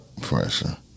pressure